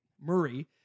Murray